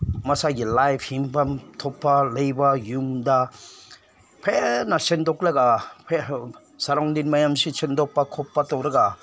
ꯃꯁꯥꯒꯤ ꯂꯥꯏꯐ ꯍꯤꯡꯐꯝ ꯊꯣꯛꯄ ꯂꯩꯕ ꯌꯨꯝꯗ ꯐꯖꯅ ꯁꯦꯝꯗꯣꯛꯂꯒ ꯁꯔꯥꯎꯟꯗꯤꯡ ꯃꯌꯥꯝꯁꯤ ꯁꯦꯝꯗꯣꯛꯄ ꯈꯣꯠꯄ ꯇꯧꯔꯒ